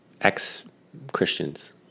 ex-christians